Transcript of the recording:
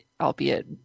albeit